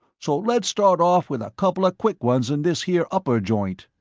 so let's start off with a couple of quick ones in this here upper joint.